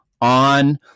on